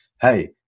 hey